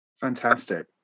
Fantastic